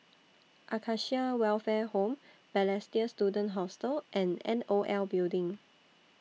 Acacia Welfare Home Balestier Student Hostel and N O L Building